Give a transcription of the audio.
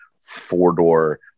four-door